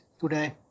today